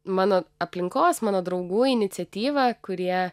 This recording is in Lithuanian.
mano aplinkos mano draugų iniciatyva kurie